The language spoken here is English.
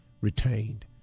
retained